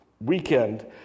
weekend